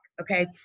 Okay